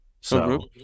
So-